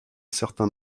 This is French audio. certain